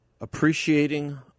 appreciating